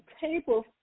table